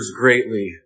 greatly